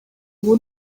ubu